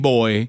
Boy